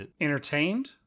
entertained